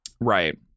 right